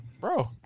bro